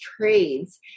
trades